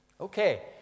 Okay